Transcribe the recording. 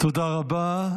תודה רבה.